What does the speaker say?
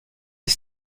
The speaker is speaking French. les